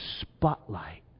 spotlight